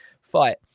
fight